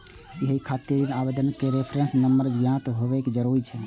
एहि खातिर ऋण आवेदनक रेफरेंस नंबर ज्ञात होयब जरूरी छै